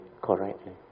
correctly